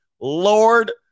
Lord